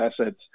assets